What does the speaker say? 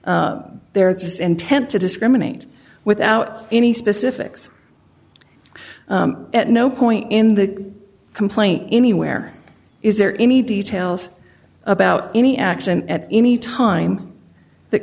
it's intent to discriminate without any specifics at no point in the complaint anywhere is there any details about any action at any time that